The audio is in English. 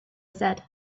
said